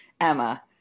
Emma